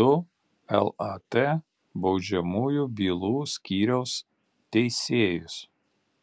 du lat baudžiamųjų bylų skyriaus teisėjus